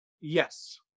Yes